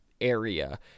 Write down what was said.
area